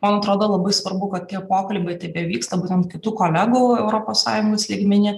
man atrodo labai svarbu kad tie pokalbiai tebevyksta būtent kitų kolegų europos sąjungos lygmeny